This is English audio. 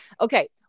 Okay